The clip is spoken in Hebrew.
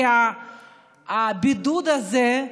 כי הבידוד הזה,